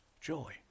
joy